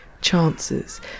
chances